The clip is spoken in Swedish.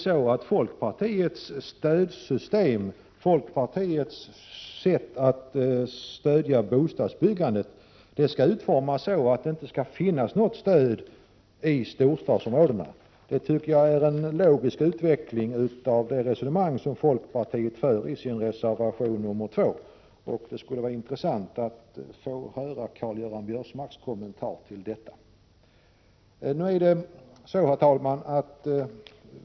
Skall folkpartiets stöd till bostadsbyggandet utformas så att det inte utgår till storstadsområdena? Det är en logisk följd av det resonemang som folkpartiet för i reservation nr 2. Det skulle vara intressant att höra Karl-Göran Biörsmarks kommentar till detta.